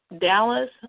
Dallas